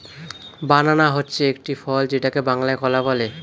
বানানা হচ্ছে একটি ফল যেটাকে বাংলায় কলা বলে